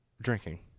Drinking